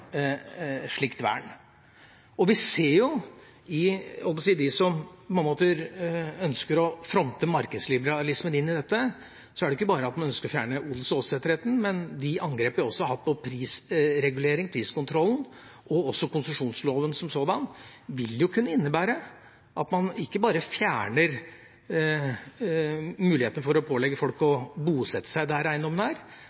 slikt vern. De som ønsker å fronte markedsliberalismen inn i dette, ønsker ikke bare å fjerne odels- og åsetesretten, men de angriper også prisregulering, priskontrollen og også konsesjonsloven som sådan. Det vil kunne innebære at man ikke bare fjerner mulighetene for å pålegge folk å bosette seg der eiendommene er,